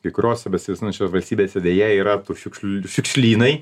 kai kuriose besivystančiose valstybėse deja yra tų šiukšlių šiukšlynai